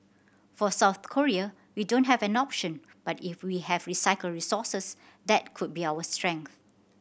for South Korea we don't have an option but if we have recycled resources that could be our strength